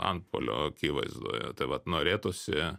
antpuolio akivaizdoje tai vat norėtųsi